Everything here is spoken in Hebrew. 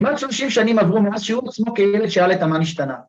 ‫130 שנים עברו מאז שהוא עצמו ‫כילד שאל את המה נשתנה.